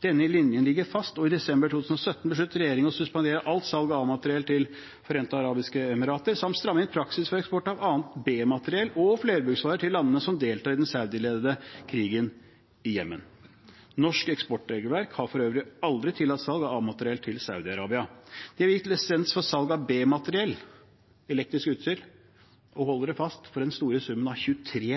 Denne linjen ligger fast, og i desember 2017 besluttet regjeringen å suspendere alt salg av A-materiell til De forente arabiske emirater samt stramme inn praksisen for eksport av annet B-materiell og flerbruksvarer til landene som deltar i den saudiledede krigen i Jemen. Norsk eksportregelverk har for øvrig aldri tillatt salg av A-materiell til Saudi-Arabia. Vi har gitt lisens for salg av B-materiell i form av elektrisk utstyr for den store sum av – hold dere fast – 23